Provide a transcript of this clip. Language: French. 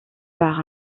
par